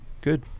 good